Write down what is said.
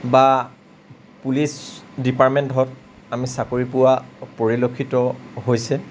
বা police department হওঁক আমি চাকৰী পোৱা পৰিলক্ষিত হৈছে